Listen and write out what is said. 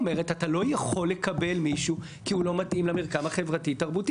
אז זה קורה וזה טוב וזה גם מאפשר 50% לבני המקום וגם 50% שיבואו מבחוץ.